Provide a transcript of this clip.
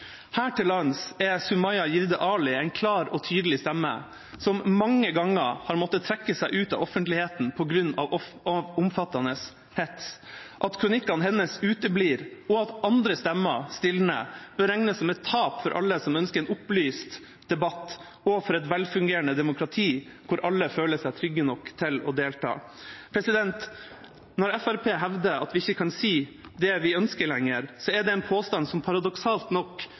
Her til lands er Sumaya Jirde Ali en klar og tydelig stemme som mange ganger har måttet trekke seg ut av offentligheten på grunn av omfattende hets. At kronikkene hennes uteblir, og at andre stemmer stilner, bør regnes som et tap for alle som ønsker en opplyst debatt, og for et velfungerende demokrati hvor alle føler seg trygge nok til å delta. Når Fremskrittspartiet hevder at vi ikke lenger kan si det vi ønsker, er det en påstand som paradoksalt nok